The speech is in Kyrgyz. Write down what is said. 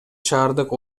шаардык